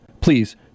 Please